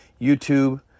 YouTube